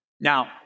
Now